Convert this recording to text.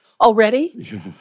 Already